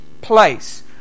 place